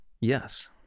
Yes